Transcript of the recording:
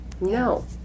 no